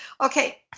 Okay